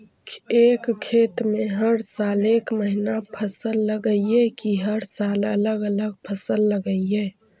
एक खेत में हर साल एक महिना फसल लगगियै कि हर साल अलग अलग फसल लगियै?